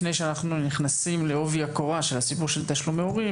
לפני שאנחנו נכנסים לעובי הקורה של הסיפור של תשלומי הורים,